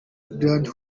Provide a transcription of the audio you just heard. grand